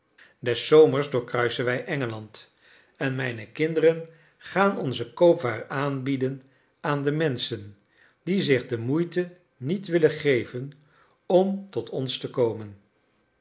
des zomers doorkruisen wij engeland en mijne kinderen gaan onze koopwaar aanbieden aan de menschen die zich de moeite niet willen geven om tot ons te komen